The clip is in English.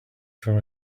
from